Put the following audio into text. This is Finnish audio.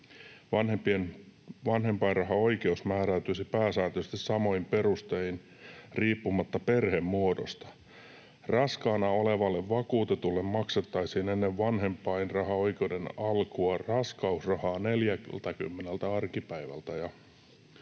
Vanhempien vanhempainrahaoikeus määräytyisi pääsääntöisesti samoin perustein riippumatta perhemuodosta. Raskaana olevalle vakuutetulle maksettaisiin ennen vanhempainrahaoikeuden alkua raskausrahaa 40 arkipäivältä.”